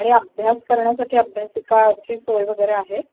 आणि अभ्यास करण्यासाठी अभ्यासिकेची सोय वगैरे आहे